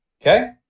Okay